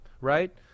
right